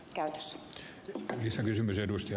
arvoisa puhemies